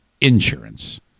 insurance